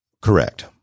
Correct